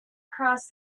cross